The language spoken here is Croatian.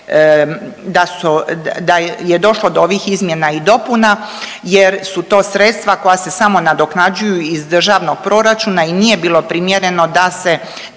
da je došlo do ovih izmjena i dopuna jer su to sredstva koja se samo nadoknađuju iz Državnog proračuna i nije bilo primjereno da se